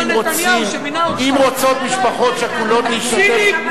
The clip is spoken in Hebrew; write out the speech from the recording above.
מעולם לא הזמנתי הורים שכולים לוועדת החוץ והביטחון.